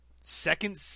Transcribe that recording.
second